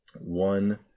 one